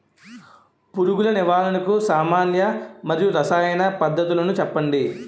పురుగుల నివారణకు సామాన్య మరియు రసాయన పద్దతులను చెప్పండి?